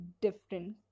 different